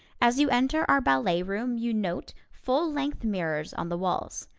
as you enter our ballet room you note full length mirrors on the walls,